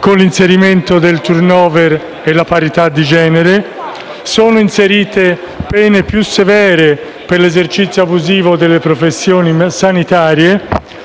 con l'inserimento del *turnover* e della parità di genere, nonché di pene più severe per l'esercizio abusivo delle professioni sanitarie.